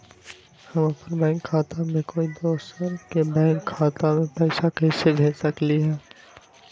हम अपन बैंक खाता से कोई दोसर के बैंक खाता में पैसा कैसे भेज सकली ह?